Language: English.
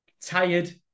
tired